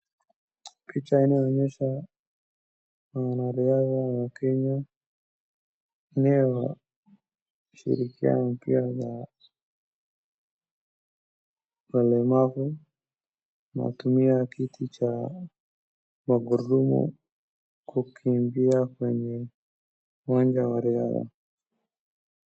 Picha inayoonyesha wanariadha wa Kenya wanaoshirikiana wakiwa na walemavu. Wanatumia kiti cha magurudumu kukimbia kwenye uwanja wa riadha.